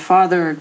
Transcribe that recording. Father